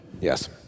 Yes